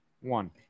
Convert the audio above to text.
one